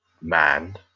man